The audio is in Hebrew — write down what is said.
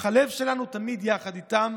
אך הלב שלנו תמיד איתם.